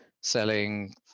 selling